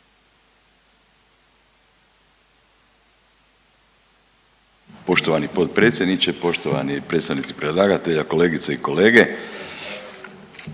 Poštovani potpredsjedniče, poštovani predstavnici predlagatelja, kolegice i kolege.